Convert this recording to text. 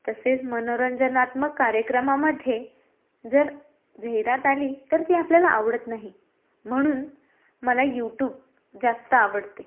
तसेच मनोरंजनात्मक कार्यक्रमामध्ये जर जाहिरात आली तर ती आपल्याला आवडत नाही म्हणून मला यूटूब जास्त आवडते